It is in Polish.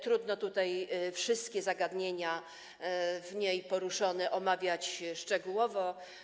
Trudno tutaj wszystkie zagadnienia w niej poruszone omawiać szczegółowo.